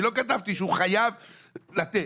אני לא כתבתי שהוא חייב לתת,